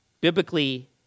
biblically